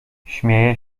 śmieje